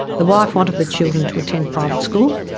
the wife wanted the children to attend private school.